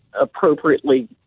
appropriately